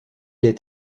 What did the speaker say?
est